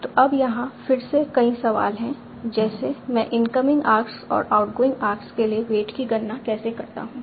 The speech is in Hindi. तो अब यहाँ फिर से कई सवाल हैं जैसे मैं इनकमिंग आर्क्स और आउटगोइंग आर्क्स के लिए वेट की गणना कैसे करता हूं